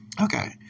Okay